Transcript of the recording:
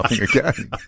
again